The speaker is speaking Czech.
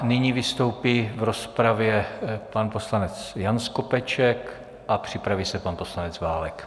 Nyní vystoupí v rozpravě pan poslanec Jan Skopeček a připraví se pan poslanec Válek.